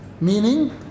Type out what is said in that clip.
Meaning